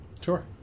Sure